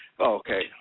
okay